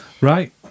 Right